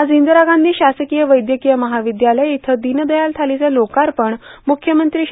आज इंदिरा गांधी शासकीय वैद्यकीय महाविद्यालय इथं दिनदयाल थालीचे लोकार्पण मुख्यमंत्री श्री